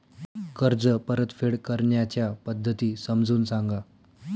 कर्ज परतफेड करण्याच्या पद्धती समजून सांगा